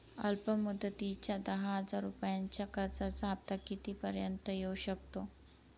अल्प मुदतीच्या दहा हजार रुपयांच्या कर्जाचा हफ्ता किती पर्यंत येवू शकतो?